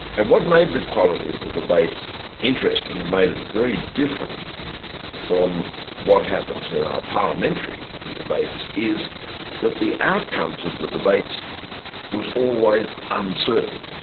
and what made the quality of the debate interesting and made it very different from what happens in our parliamentary debates, is that the outcomes of the debates was always uncertain,